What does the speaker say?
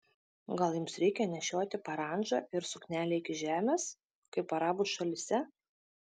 gal jums reikia nešioti parandžą ir suknelę iki žemės kaip arabų šalyse